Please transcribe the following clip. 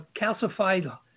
calcified